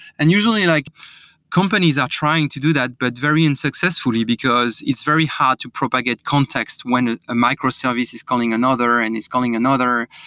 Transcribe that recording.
and usually, like companies are trying to do that, but very unsuccessfully, because it's very hard to propagate context when a microservice is calling another and it's calling another.